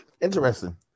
interesting